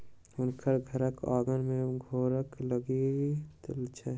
हुनकर घरक आँगन में घेराक लत्ती छैन